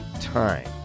time